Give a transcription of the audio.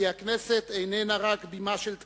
כי הכנסת הזה איננה רק בימה של טקסים,